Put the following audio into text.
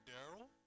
Daryl